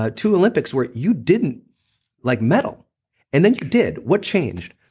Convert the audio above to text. ah two olympics where you didn't like medal and then you did. what changed?